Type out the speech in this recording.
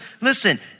listen